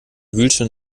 wühlten